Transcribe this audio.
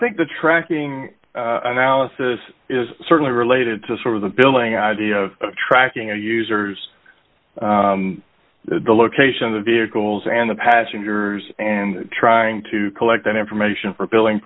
think the tracking analysis is certainly related to sort of the billing idea of tracking of users the location of the vehicles and the passengers and trying to collect that information for billing